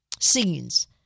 scenes